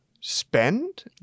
spend